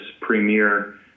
premier